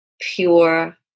pure